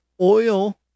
oil